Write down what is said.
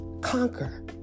conquer